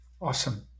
Awesome